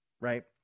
right